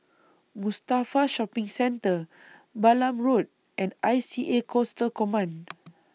Mustafa Shopping Centre Balam Road and I C A Coastal Command